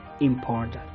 important